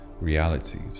realities